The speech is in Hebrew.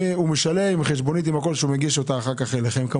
הוא משלם עם חשבונית אותה אחר כך הוא מגיש אליכם.